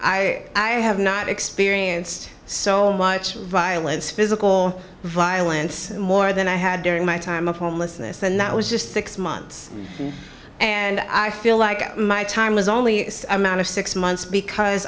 i i have not experienced so much violence physical violence more than i had during my time of homelessness and that was just six months and i feel like my time was only amount of six months because